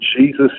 Jesus